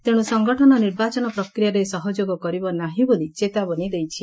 ତେଣୁ ସଂଗଠନ ନିର୍ବାଚନ ପ୍ରକ୍ରିୟାରେ ସହଯୋଗ କରିବ ନାହିଁ ବୋଲି ଚେତାବନୀ ଦେଇଛି